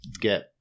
get